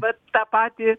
bet tą patį